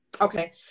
Okay